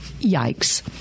Yikes